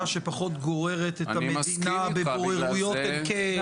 שפחות גוררת את המדינה בבוררויות אין קץ.